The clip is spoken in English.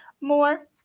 more